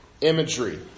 Imagery